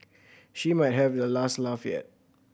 she might have the last laugh yet